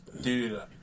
Dude